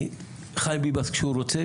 כי חיים ביבס כשהוא רוצה,